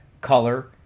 color